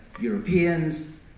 Europeans